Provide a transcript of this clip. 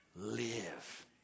live